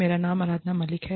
मेरा नाम आराधना मलिक है